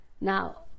now